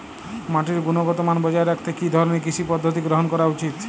মাটির গুনগতমান বজায় রাখতে কি ধরনের কৃষি পদ্ধতি গ্রহন করা উচিৎ?